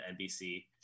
NBC